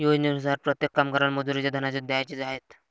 योजनेनुसार प्रत्येक कामगाराला मजुरीचे धनादेश द्यायचे आहेत